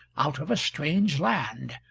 out of a strange land,